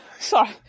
Sorry